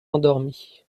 endormi